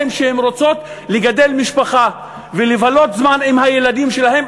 שהן רוצות לגדל משפחה ולבלות זמן עם הילדים שלהן,